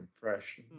Fresh